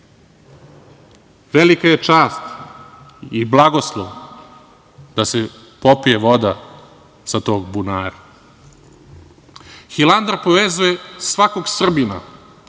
Velika je čast i blagoslov da se popije voda sa tog bunara. Hilandar povezuje svakog Srbina,